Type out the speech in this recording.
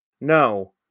No